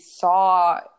saw